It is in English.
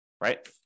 right